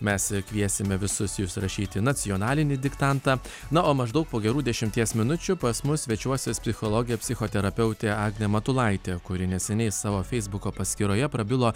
mes kviesime visus jus rašyti nacionalinį diktantą na o maždaug po gerų dešimties minučių pas mus svečiuosis psichologė psichoterapeutė agnė matulaitė kuri neseniai savo feisbuko paskyroje prabilo